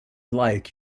like